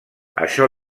això